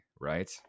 Right